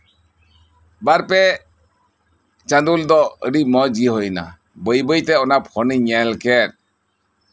ᱚᱱᱟ ᱵᱟᱨ ᱯᱮ ᱪᱟᱸᱫᱳ ᱨᱮᱫᱚ ᱟᱹᱰᱤ ᱢᱚᱸᱡᱽ ᱜᱮ ᱦᱳᱭ ᱮᱱᱟ ᱵᱟᱹᱭ ᱵᱟᱹᱭᱛᱮ ᱚᱱᱟ ᱩᱱᱤ ᱧᱮᱞ ᱠᱮᱫ